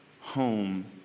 Home